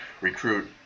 recruit